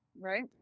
Right